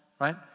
right